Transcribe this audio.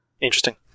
Interesting